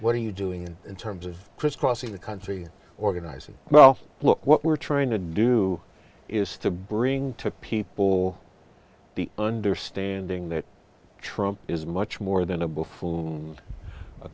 what are you doing in terms of crisscrossing the country organizing well look what we're trying to do is to bring took people the understanding that trump is much more than a